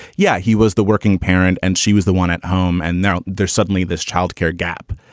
yeah, he was the working parent and she was the one at home. and now there's suddenly this childcare gap.